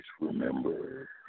remember